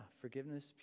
forgiveness